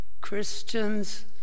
Christians